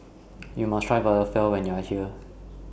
YOU must Try Falafel when YOU Are here